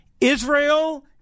Israel